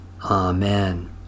Amen